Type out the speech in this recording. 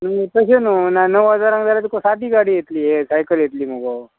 न्ही तशें न्हू ना णव हजारांक जाल्या तुका सादी गाडी येतली सायकल येतली मुगो